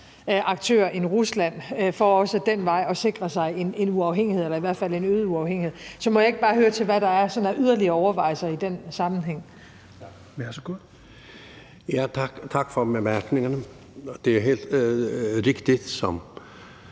aktører end Rusland for også ad den vej at sikre sig en uafhængighed eller i hvert fald en øget uafhængighed. Så må jeg ikke bare høre om, hvad der er af yderligere overvejelser i den sammenhæng? Kl. 17:13 Fjerde næstformand (Rasmus Helveg Petersen): Værsgo.